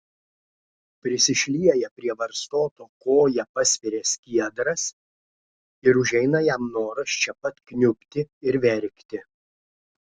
prisišlieja prie varstoto koja paspiria skiedras ir užeina jam noras čia pat kniubti ir verkti